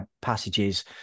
passages